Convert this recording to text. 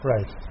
Right